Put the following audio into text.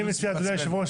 אני מציע כבוד יושב הראש,